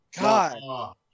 god